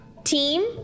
Team